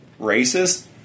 racist